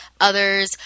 others